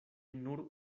nur